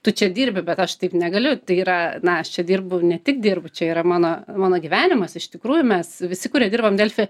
tu čia dirbi bet aš taip negaliu tai yra na aš čia dirbu ne tik dirbu čia yra mano mano gyvenimas iš tikrųjų mes visi kurie dirbam delfi